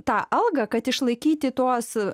tą algą kad išlaikyti tuos